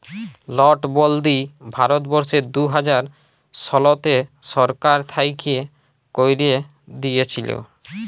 লটবল্দি ভারতবর্ষে দু হাজার শলতে সরকার থ্যাইকে ক্যাইরে দিঁইয়েছিল